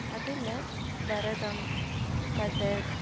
அதில் பரதம் கதக்